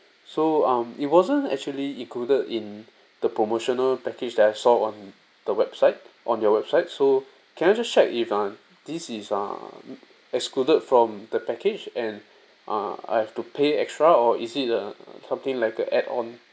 so um it wasn't actually included in the promotional package that I saw on the website on your website so can I just check if um this is uh excluded from the package and uh I have to pay extra or is it err something like a add on